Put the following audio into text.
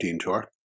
tour